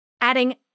Adding